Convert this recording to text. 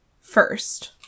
first